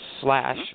slash